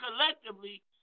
collectively